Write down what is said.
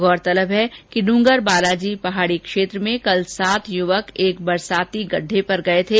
गौरतलब है कि डूंगर बालाजी पहाड़ी क्षेत्र में कल सात युवक एक बरसाती गड़ढे पर गए थे